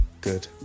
Good